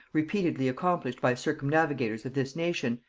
repeatedly accomplished by circumnavigators of this nation,